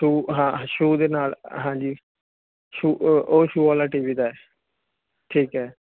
ਤੋ ਹਾਂ ਸੂ ਦੇ ਨਾਲ ਹਾਂਜੀ ਉਹ ਸ਼ੂ ਟੀਵੀ ਦਾ ਐ